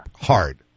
hard